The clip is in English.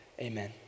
amen